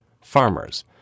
farmers